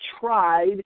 tried